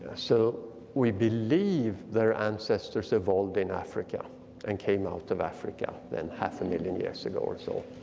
ah so we believe their ancestors evolved in africa and came out of africa then half a million years ago or so.